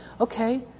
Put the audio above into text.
okay